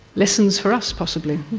lessons for us possibly.